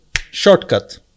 shortcut